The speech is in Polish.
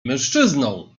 mężczyzną